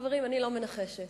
חברים, אני לא מנחשת,